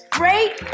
great